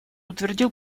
утвердил